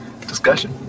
Discussion